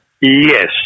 Yes